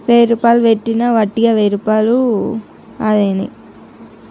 వెయ్యి రూపాయలు పెట్టినా వట్టిగా వెయ్యి రూపాయలు అని అని